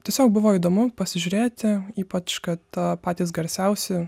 tiesiog buvo įdomu pasižiūrėti ypač kad a patys garsiausi